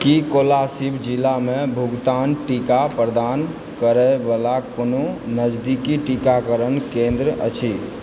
की कोलासिब जिलामे भुगतान टीका प्रदान करयवला कोनो नजदीकी टीकाकरण केन्द्र अछि